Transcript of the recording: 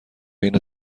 این